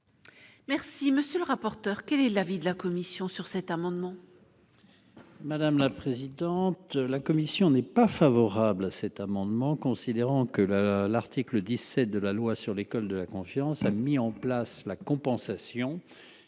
Merci, monsieur le rapporteur, quel est l'avis de la commission sur cet amendement. Madame la présidente, la commission n'est pas favorable à cet amendement, considérant que la l'article 17 de la loi sur l'école de la confiance, a mis en place la compensation